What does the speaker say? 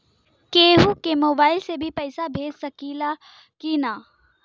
केहू के मोवाईल से भी पैसा भेज सकीला की ना?